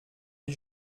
des